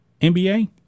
NBA